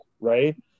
right